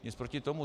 Nic proti tomu.